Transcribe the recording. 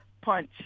punch